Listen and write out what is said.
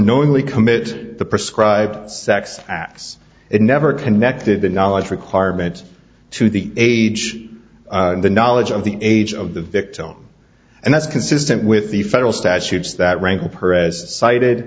knowingly commit the prescribed sex acts it never connected the knowledge requirement to the age the knowledge of the age of the victim and that's consistent with the federal statutes that rankled her as cited